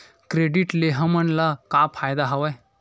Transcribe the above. Credit ले हमन ला का फ़ायदा हवय?